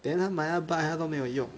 then 他买那个 bike 他都没有用